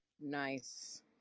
Nice